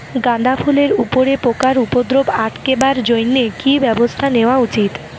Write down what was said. গাঁদা ফুলের উপরে পোকার উপদ্রব আটকেবার জইন্যে কি ব্যবস্থা নেওয়া উচিৎ?